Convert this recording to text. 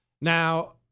Now